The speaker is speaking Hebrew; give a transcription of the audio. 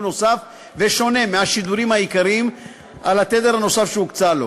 נוסף ושונה מהשידורים העיקריים על התדר הנוסף שהוקצה לו.